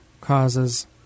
causes